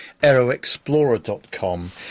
aeroexplorer.com